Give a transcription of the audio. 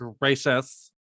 gracious